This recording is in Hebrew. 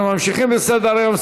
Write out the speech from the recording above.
אנחנו ממשיכים בסדר-היום.